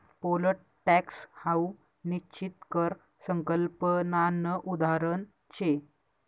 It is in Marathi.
पोल टॅक्स हाऊ निश्चित कर संकल्पनानं उदाहरण शे